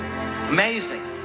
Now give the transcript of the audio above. Amazing